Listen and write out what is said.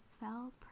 fell